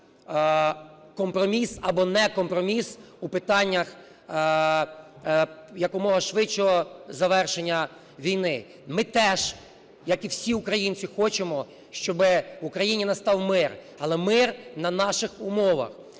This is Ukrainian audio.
компроміс або некомпроміс у питаннях якомога швидшого завершення війни. Ми теж, як і всі українці, хочемо, щоб в Україні настав мир. Але мир на наших умовах.